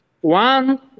One